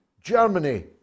Germany